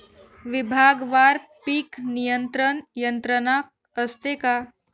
विभागवार पीक नियंत्रण यंत्रणा असते का?